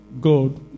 God